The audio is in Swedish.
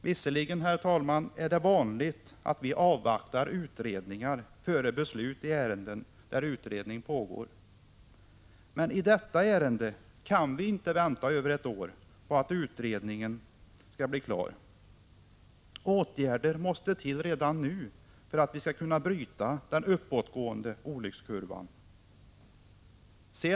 Visserligen är det, herr talman, vanligt att vi avvaktar utredningar före beslut i ärenden, men när det gäller detta ärende kan vi inte vänta över ett år på att utredningen skall bli klar. Åtgärder måste till redan nu för att vi skall kunna bryta den uppåtgående olyckskurvan.